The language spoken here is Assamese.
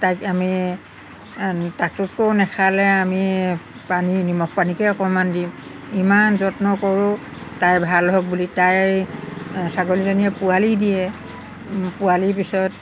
তাইক আমি তাকটোতকৈ নাখালে আমি পানী নিমখ পানীকে অকণমান দিম ইমান যত্ন কৰোঁ তাই ভাল হওক বুলি তাই ছাগলীজনীয়ে পোৱালি দিয়ে পোৱালিৰ পিছত